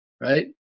Right